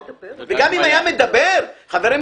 וגם אם היה מדבר חברים,